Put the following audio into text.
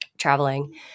traveling